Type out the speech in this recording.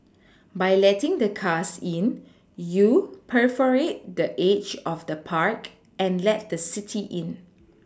by letting the cars in you perforate the edge of the park and let the city in